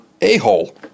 a-hole